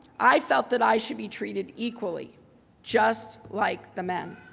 i felt that i should be treated equally just like the men.